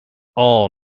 all